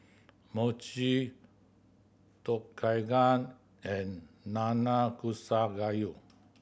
Mochi Tom Kha Gai and Nanakusa Gayu